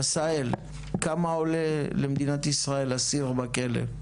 כמה עולה למדינת ישראל אסיר בכלא?